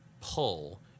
pull